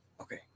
Okay